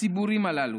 הציבורים הללו,